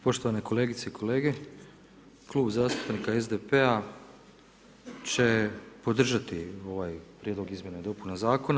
Poštovane kolegice i kolege Klub zastupnika SDP-a će podržati ovaj prijedlog izmjena i dopuna zakona.